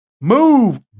Move